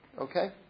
Okay